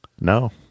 No